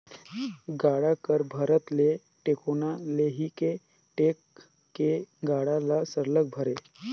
गाड़ा कर भरत ले टेकोना ले ही टेक के गाड़ा ल सरलग भरे